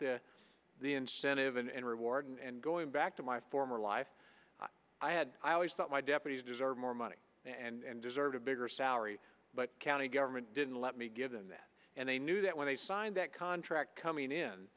the the incentive and reward and going back to my former life i had i always thought my deputies deserved more money and deserved a bigger salary but county government didn't let me give them that and they knew that when they signed that contract coming in